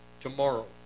tomorrow